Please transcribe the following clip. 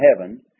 heaven